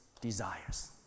desires